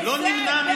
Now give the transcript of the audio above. אין להם את